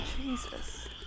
Jesus